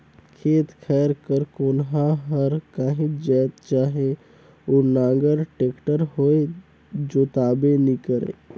खेत खाएर कर कोनहा हर काहीच जाएत चहे ओ नांगर, टेक्टर होए जोताबे नी करे